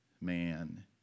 man